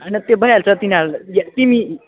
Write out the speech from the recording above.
होइन त्यो भइहाल्छ तिनीहरू तिमी